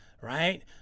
right